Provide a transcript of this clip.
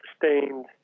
sustained